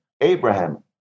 abraham